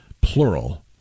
plural